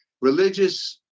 religious